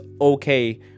okay